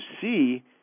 see